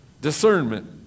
Discernment